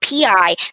PI